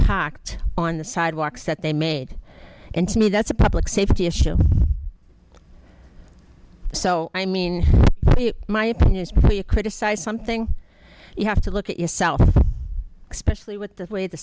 up on the sidewalks that they made and to me that's a public safety issue so i mean my opinion is before you criticize something you have to look at yourself especially with the way the